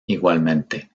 igualmente